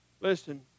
Listen